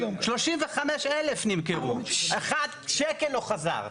35,000 נמכרו, שקל לא חזר.